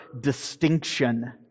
distinction